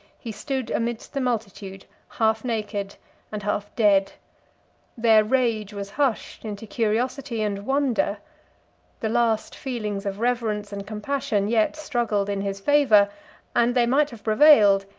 he stood amidst the multitude half naked and half dead their rage was hushed into curiosity and wonder the last feelings of reverence and compassion yet struggled in his favor and they might have prevailed,